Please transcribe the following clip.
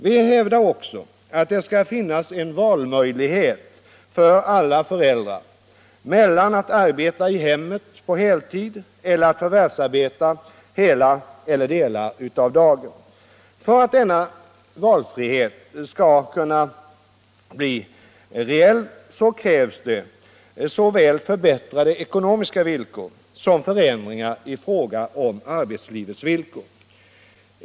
Vi hävdar också att det skall finnas en verklig valmöjlighet för alla föräldrar mellan att arbeta i hemmet på heltid och att förvärvsarbeta hela eller delar av dagen. För att denna valfrihet skall kunna bli reell, krävs såväl förbättrade ekonomiska villkor som förändringar i fråga om arbetslivets villkor.